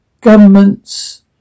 governments